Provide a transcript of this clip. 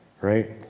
right